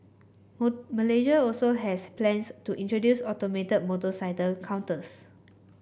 Malaysia also has plans to introduce automated motorcycle counters